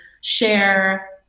share